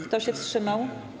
Kto się wstrzymał?